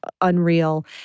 unreal